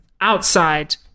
outside